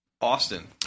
Austin